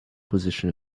position